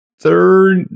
third